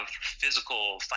physical